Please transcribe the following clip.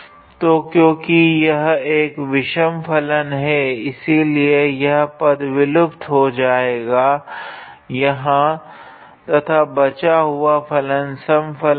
तो क्योकि यह एक विषम फलन है इस लिए यह पद विलुप्त हो जाएगा यहाँ तथा बचा हुआ फलन सम फलन है